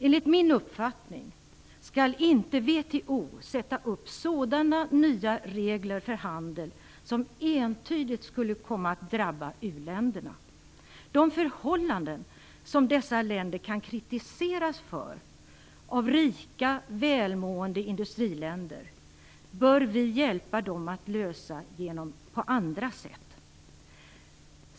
Enligt min uppfattning skall WTO inte sätta upp sådana nya regler för handel som entydigt skulle komma att drabba u-länderna. Vi bör på andra sätt hjälpa dessa länder att lösa de förhållanden som de kan kritiseras för av rika välmående industriländer.